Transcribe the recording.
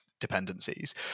dependencies